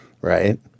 right